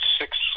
six